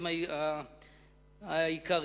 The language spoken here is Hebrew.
העיקריים.